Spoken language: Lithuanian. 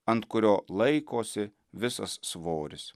ant kurio laikosi visas svoris